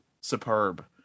superb